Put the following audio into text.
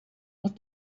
what